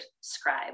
scribe